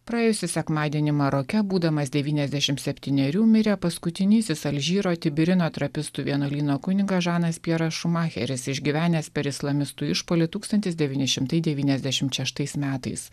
praėjusį sekmadienį maroke būdamas devyniasdešim septynerių mirė paskutinysis alžyro tibirino trapistų vienuolyno kunigas žanas pjeras šumacheris išgyvenęs per islamistų išpuolį tūkstantis devyni šimtai devyniasdešim šeštais metais